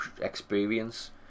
experience